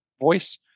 voice